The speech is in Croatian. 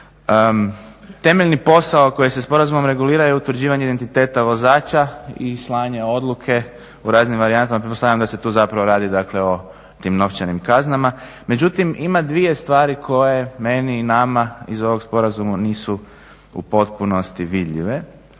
Temeljni posao koji se sporazumom regulira je utvrđivanje identiteta vozača i slanje odluke u raznim varijantama. Pretpostavljam da se tu zapravo radi, dakle o tim novčanim kaznama. Međutim, ima dvije stvari koje meni, nama iz ovog sporazuma nisu u potpunosti vidljive,